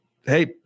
hey